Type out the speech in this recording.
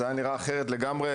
זה באמת היה נראה אחרת לגמרי.